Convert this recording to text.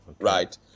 Right